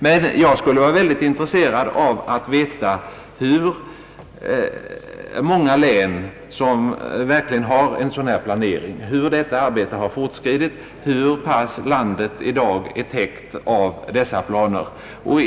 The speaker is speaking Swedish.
Men jag skulle vara intresserad av att veta hur många län som verkligen har en sådan planering, hur arbetet har fortskridit och hur pass väl landet i dag är täckt av dessa planer.